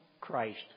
Christ